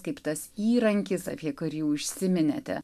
kaip tas įrankis apie kurį užsiminėte